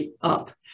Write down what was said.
up